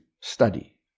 study